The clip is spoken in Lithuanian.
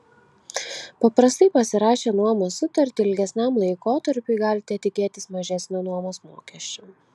paprastai pasirašę nuomos sutartį ilgesniam laikotarpiui galite tikėtis mažesnio nuomos mokesčio